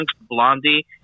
Blondie